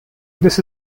this